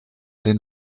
den